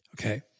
okay